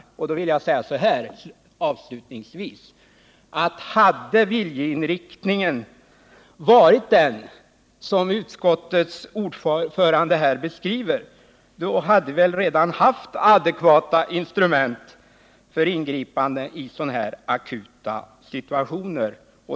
Avslutningsvis vill jag säga så här: Hade viljeinriktningen varit den av utskottsordföranden beskrivna, så hade vi redan haft adekvata instrument för att kunna ingripa i sådana här akuta situationer.